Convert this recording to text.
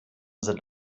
sind